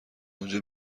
اونجا